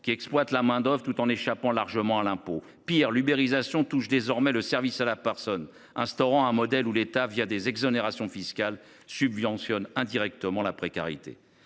qui exploitent la main d’œuvre tout en échappant largement à l’impôt. Pis, l’ubérisation touche désormais les services à la personne, instaurant un modèle dans lequel l’État, des exonérations fiscales, subventionne indirectement la précarité.